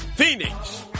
Phoenix